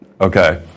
Okay